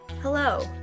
Hello